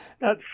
Now